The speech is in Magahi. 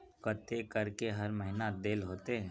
केते करके हर महीना देल होते?